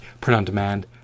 print-on-demand